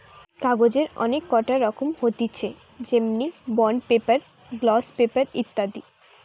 কাগজের অনেক কটা রকম হতিছে যেমনি বন্ড পেপার, গ্লস পেপার ইত্যাদি